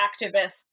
activists